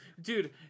dude